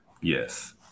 Yes